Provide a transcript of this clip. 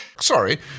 Sorry